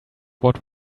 what